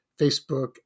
Facebook